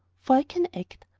for i can act.